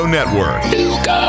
Network